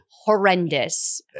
Horrendous